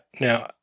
Now